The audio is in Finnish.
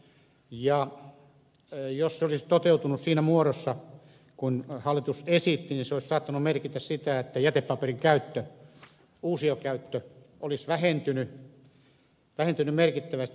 jos se olisi toteutunut siinä muodossa kuin hallitus esitti se olisi saattanut merkitä sitä että jätepaperin uusiokäyttö olisi vähentynyt merkittävästi